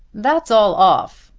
that's all off,